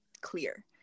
clear